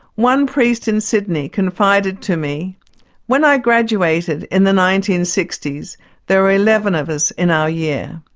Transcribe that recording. one priest in sydney confided to me when i graduated in the nineteen sixty s there were eleven of us in our year.